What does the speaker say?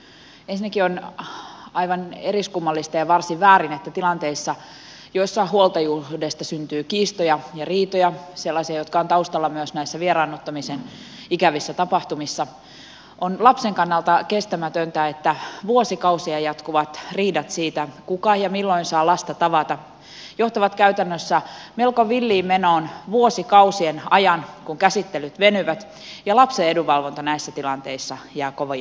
ensinnäkin on aivan eriskummallista ja varsin väärin että tilanteissa joissa huoltajuudesta syntyy kiistoja ja riitoja sellaisia jotka ovat taustalla myös näissä vieraannuttamisen ikävissä tapahtumissa on lapsen kannalta kestämätöntä että vuosikausia jatkuvat riidat siitä kuka ja milloin saa lasta tavata johtavat käytännössä melko villiin menoon vuosikausien ajan kun käsittelyt venyvät ja lapsen edunvalvonta näissä tilanteissa jää kovin vähälle